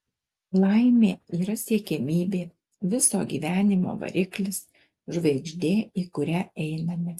laimė yra siekiamybė viso gyvenimo variklis žvaigždė į kurią einame